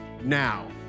now